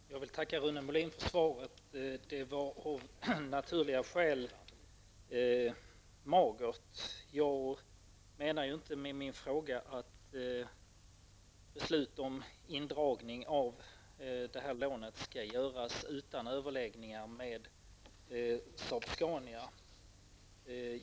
Fru talman! Jag vill tacka Rune Molin för svaret. Det var av naturliga skäl magert. Avsikten med min fråga var ju inte att beslut om indragning av detta lån skall fattas utan överläggningar med Saab Scania.